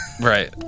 Right